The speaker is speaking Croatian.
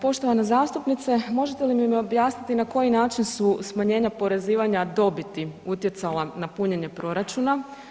Poštovana zastupnice možete li mi objasniti na koji način su smanjenja oporezivanja dobiti utjecala na punjenje proračuna?